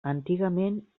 antigament